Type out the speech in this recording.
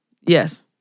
Yes